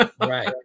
Right